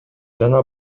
жана